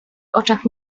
oczach